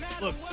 look